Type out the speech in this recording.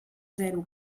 zero